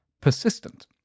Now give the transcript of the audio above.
persistent